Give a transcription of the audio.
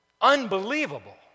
Unbelievable